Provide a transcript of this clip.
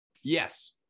Yes